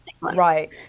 right